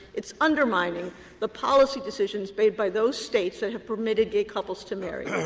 it's undermining the policy decisions made by those states that have permitted gay couples to marry.